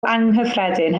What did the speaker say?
anghyffredin